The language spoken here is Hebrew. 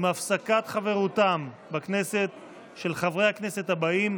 עם הפסקת חברותם בכנסת של חברי הכנסת הבאים,